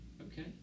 Okay